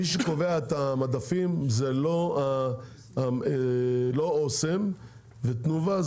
מי שקובע את המדפים אלו לא אסם ותנובה,